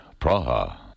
Praha